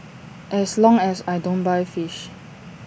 as long as I don't buy fish